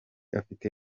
afite